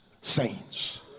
saints